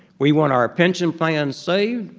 we want our pension plan saved.